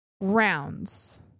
rounds